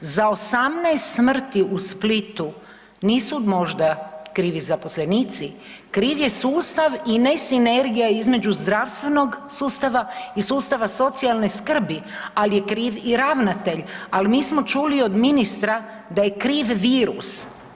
Za 18 smrti u Splitu nisu možda krivi zaposlenici, kriv je sustav i ne sinergija između zdravstvenog sustava i sustava socijalne skrbi, ali je kriv i ravnatelj, al mi smo čuli od ministra da je kriv virus.